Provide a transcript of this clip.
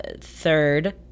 third